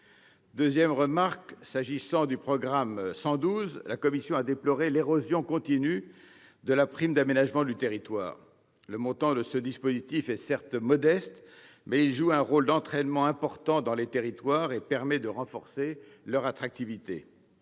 deuxième lieu, s'agissant du programme 112, la commission a déploré l'érosion continue de la prime d'aménagement du territoire. Le montant de ce dispositif est certes modeste, mais il joue un rôle d'entraînement important dans les territoires et permet de renforcer leur l'attractivité.